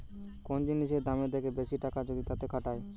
কোন জিনিসের দামের থেকে বেশি টাকা যদি তাতে খাটায়